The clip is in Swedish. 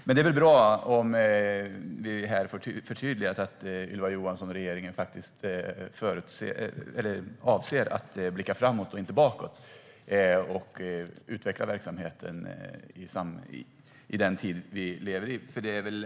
Det är bra om vi får förtydligat här att Ylva Johansson och regeringen avser att blicka framåt, inte bakåt, och utveckla verksamheten i den tid vi lever i.